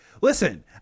listen